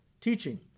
teaching